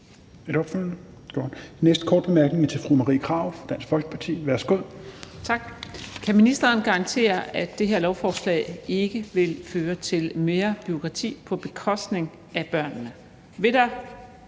Folkeparti. Værsgo. Kl. 13:37 Marie Krarup (DF): Tak. Kan ministeren garantere, at det her lovforslag ikke vil føre til mere bureaukrati på bekostning af børnene? Vil der